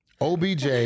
OBJ